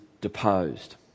deposed